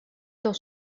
dans